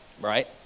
right